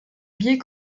biais